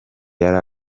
yari